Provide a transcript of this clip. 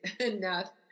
enough